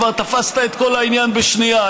כבר תפסת את כל העניין בשנייה.